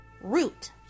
Root